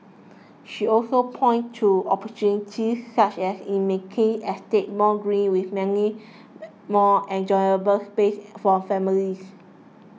she also pointed to opportunities such as in making estates more green with many more enjoyable spaces for families